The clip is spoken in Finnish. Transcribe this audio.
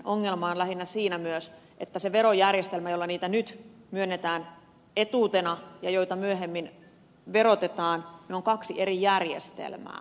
ongelma on lähinnä myös siinä että se verojärjestelmä jolla niitä nyt myönnetään etuutena ja myöhemmin verotetaan on kaksi eri järjestelmää